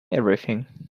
everything